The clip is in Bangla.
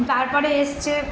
তারপরে এসছে